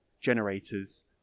generators